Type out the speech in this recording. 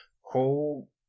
whole